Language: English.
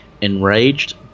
Enraged